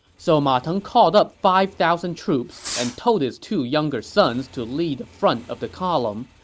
so ma teng called up five thousand troops and told his two younger sons to lead the front of the column,